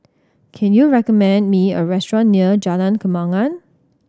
can you recommend me a restaurant near Jalan Kembangan